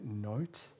note